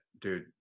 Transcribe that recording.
dude